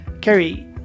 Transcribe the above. Carrie